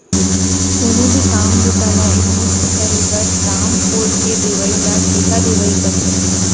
कोनो भी काम बूता ला एक मुस्त करे बर, दाम फोर के देवइ ल ठेका देवई कथें